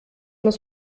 muss